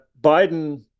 Biden